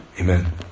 Amen